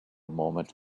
moment